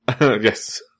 Yes